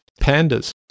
Pandas